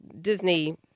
Disney